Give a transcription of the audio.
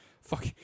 Fuck